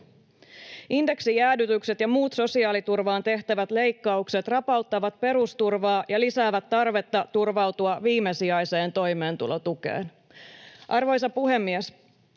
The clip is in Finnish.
Indeksijäädytykset ja muut sosiaaliturvaan tehtävät leikkaukset rapauttavat perusturvaa ja lisäävät tarvetta turvautua viimesijaiseen toimeentulotukeen. Arvoisa puhemies!